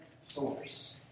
source